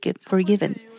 forgiven